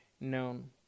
known